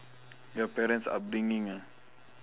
your parents upbringing ah